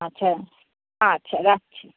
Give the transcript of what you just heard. আচ্ছা আচ্ছা রাখছি